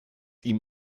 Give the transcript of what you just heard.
ihm